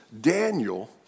Daniel